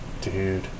Dude